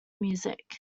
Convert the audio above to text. music